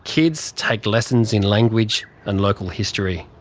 kids take lessons in language and local history.